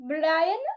Brian